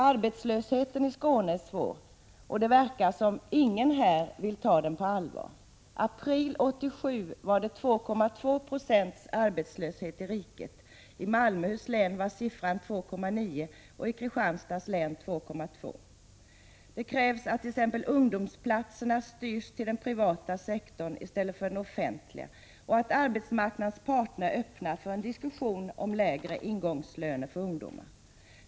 Arbetslösheten i Skåne är svår, och det verkar som om ingen här vill ta den på allvar. I april 1987 var 2,2 Yo i riket arbetslösa, medan Malmöhus län hade 2,9 20 och Kristianstads län 2,2 26. Här krävs att t.ex. ungdomsplatserna styrs till den privata sektorn i stället för till den offentliga, och att arbetsmarknadens parter är öppna för en diskussion om lägre ingångslöner för ungdomar.